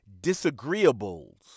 disagreeables